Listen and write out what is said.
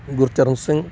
Gurcharan Singh